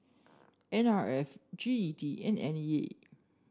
N R F G E D and N E A